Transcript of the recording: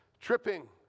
tripping